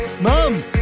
Mom